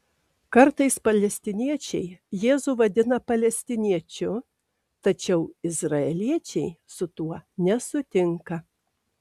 kartais palestiniečiai jėzų vadina palestiniečiu tačiau izraeliečiai su tuo nesutinka